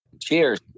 Cheers